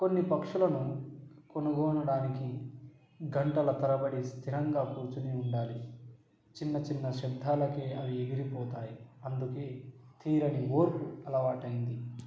కొన్ని పక్షులను కనుగొనడానికి గంటల తరబడి స్థిరంగా కూర్చోని ఉండాలి చిన్న చిన్న శబ్ధలకు అవి ఎగిరిపోతాయి అందుకే తీరని ఓర్పు అలవాటు అయింది